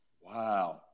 Wow